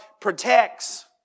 protects